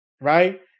Right